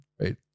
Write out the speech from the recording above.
right